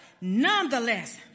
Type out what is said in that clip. nonetheless